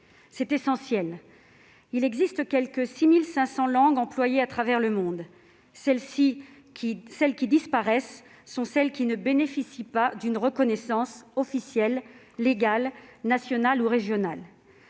C'est essentiel. Il existe quelque 6 500 langues utilisées à travers le monde. Celles qui disparaissent sont celles qui ne bénéficient pas d'une reconnaissance officielle, légale, nationale ou régionale.